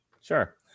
Sure